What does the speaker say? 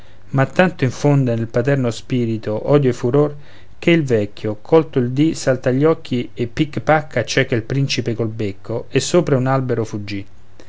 ma tanto infonde nel paterno spirito odio e furor che il vecchio colto il dì salta agli occhi e pich pach accieca il principe col becco e sopra un albero fuggì